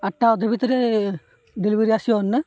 ଆଠଟା ଅଧେ ଭିତରେ ଡେଲିଭରି ଆସିବନି ନା